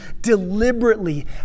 deliberately